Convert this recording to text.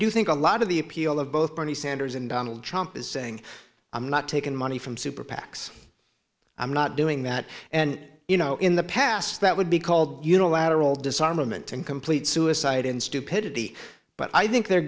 do think a lot of the appeal of both bernie sanders and donald trump is saying i'm not taking money from super pacs i'm not doing that and you know in the past that would be called unilateral disarmament and complete suicide in stupidity but i think they're